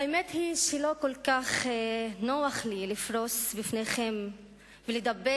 האמת היא שלא כל כך נוח לי לפרוס בפניכם ולדבר